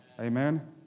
Amen